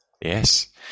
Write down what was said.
Yes